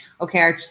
okay